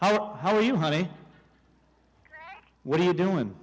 hello how are you honey what are you doing